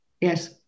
Yes